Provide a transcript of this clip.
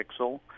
pixel